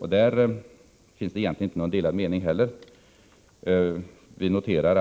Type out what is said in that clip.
Här finns det egentligen inte heller några delade meningar.